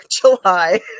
July